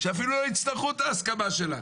שאפילו לא יצטרכו את ההסכמה שלה.